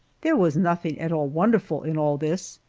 there was nothing at all wonderful in all this,